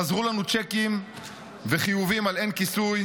חזרו לנו צ'קים וחיובים על אין כיסוי,